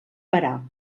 parar